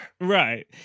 Right